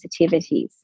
sensitivities